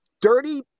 dirty